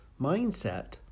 mindset